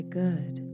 good